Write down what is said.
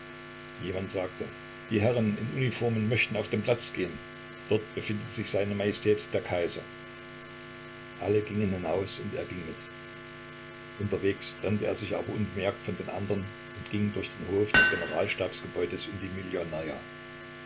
jemand sagte die herren in uniformen möchten auf den platz gehen dort befindet sich seine majestät der kaiser alle gingen hinaus und er ging mit unterwegs trennte er sich aber unbemerkt von den andern und ging durch den hof des generalstabsgebäudes in die